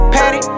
Patty